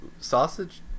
sausage